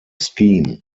scheme